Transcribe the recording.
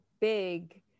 big